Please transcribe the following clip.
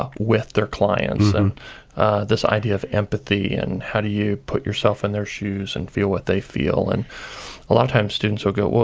ah with their clients, and this idea of empathy and how do you put yourself in their shoes and feel what they feel. and a lot of times, students will go, well,